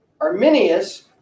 Arminius